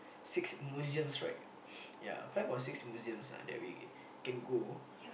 six museums right ya five or six museums ah that we can go